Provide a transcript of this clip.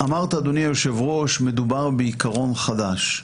אדוני היושב-ראש, שמדובר בעיקרון חדש.